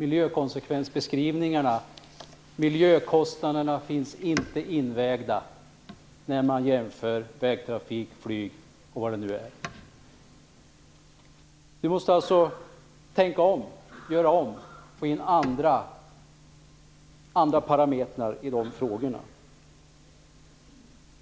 Miljökonsekvensbeskrivningarna och miljökostnaderna finns inte invägda när man jämför vägtrafik, flyg osv. Ni måste tänka om och göra om för att få in andra parametrar i dessa frågor.